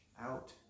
out